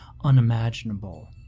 unimaginable